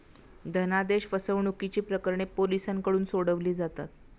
धनादेश फसवणुकीची प्रकरणे पोलिसांकडून सोडवली जातात